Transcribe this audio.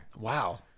Wow